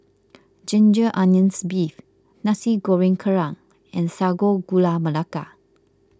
Ginger Onions Beef Nasi Goreng Kerang and Sago Gula Melaka